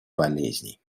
болезней